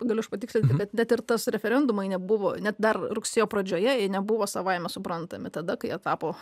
galiu aš patikslinti kadt net ir tas referendumai nebuvo net dar rugsėjo pradžioje jie nebuvo savaime suprantami tada kai jie tapo